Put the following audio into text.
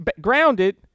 grounded